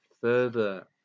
further